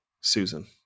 susan